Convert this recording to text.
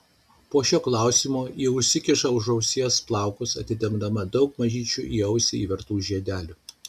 po šio klausimo ji užsikiša už ausies plaukus atidengdama daug mažyčių į ausį įvertų žiedelių